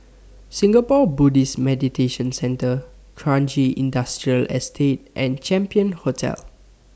Singapore Buddhist Meditation Centre Kranji Industrial Estate and Champion Hotel